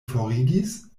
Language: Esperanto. forigis